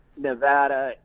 Nevada